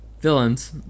villains